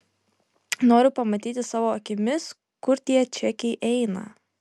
noriu pamatyti savo akimis kur tie čekiai eina